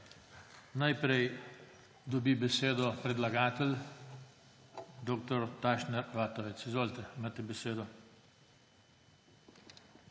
Najprej dobi besedo predlagatelj dr. Tašner Vatovec. Izvolite, imate besedo.